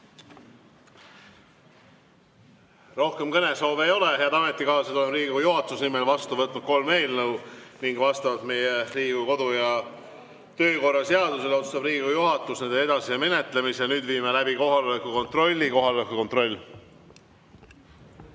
Rohkem kõnesoove ei ole. Head ametikaaslased, olen Riigikogu juhatuse nimel vastu võtnud kolm eelnõu ning vastavalt Riigikogu kodu‑ ja töökorra seadusele otsustab Riigikogu juhatus nende edasise menetlemise. Nüüd viime läbi kohaloleku kontrolli. Kohaloleku kontroll.